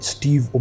Steve